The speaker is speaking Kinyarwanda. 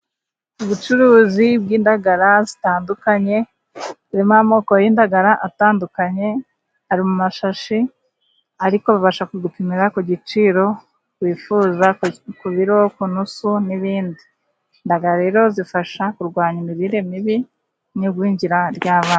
Ubucuruzi bw'indagara zitandukanye zirimo amoko y'indagara atandukanye, ari mu mashashi ariko babasha kugupimira ku giciro wifuza ku biro, ku nusu n'ibindi. Indagara rero zifasha kurwanya imirire mibi n'igwingira ry'abana.